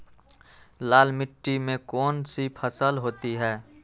लाल मिट्टी में कौन सी फसल होती हैं?